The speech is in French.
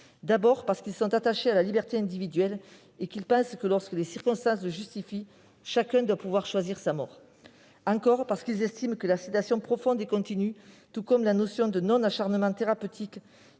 d'abord parce qu'ils sont attachés à la liberté individuelle et pensent que, lorsque les circonstances le justifient, chacun doit pouvoir choisir sa mort ; ensuite parce qu'ils estiment que la sédation profonde et continue, tout comme la notion de non-acharnement thérapeutique,